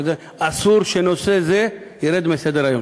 אסור שנושא זה ירד מסדר-היום.